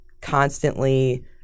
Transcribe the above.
constantly